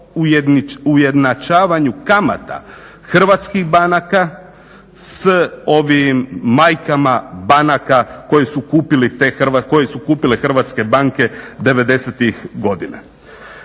ujednačavanju kamata hrvatskih banaka s ovim majkama banaka koje su kupile hrvatske banke '90.-tih godina.